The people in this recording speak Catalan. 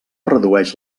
redueix